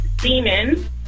semen